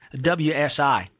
WSI